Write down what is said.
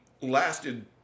lasted